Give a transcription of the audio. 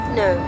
no